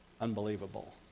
unbelievable